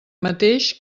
mateix